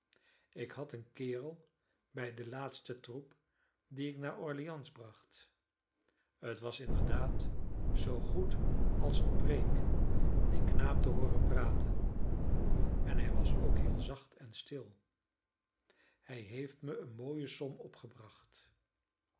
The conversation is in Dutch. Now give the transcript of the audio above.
ik had een kerel bij den laatsten troep dien ik naar orleans bracht het was inderdaad zoo goed als eene preek dien knaap te hooren praten en hij was ook heel zacht en stil hij heeft mij eene mooie som opgebracht